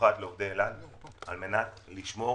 מיוחד לעובדי אל על על מנת לשמור